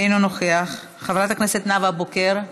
אינו נוכח, חברת הכנסת נאוה בוקר,